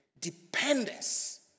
dependence